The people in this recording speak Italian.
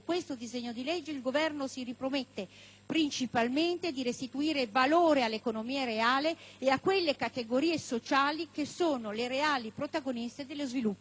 principalmente di restituire valore all'economia reale e a quelle categorie sociali che sono le vere protagoniste dello sviluppo del nostro Paese.